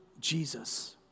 Jesus